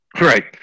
right